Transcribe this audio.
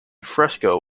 fresco